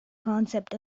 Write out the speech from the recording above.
concept